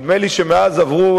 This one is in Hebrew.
נדמה לי שמאז עברו,